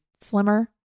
slimmer